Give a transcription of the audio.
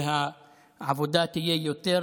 ושהעבודה תהיה יותר